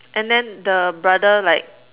and then the brother like